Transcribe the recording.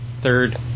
Third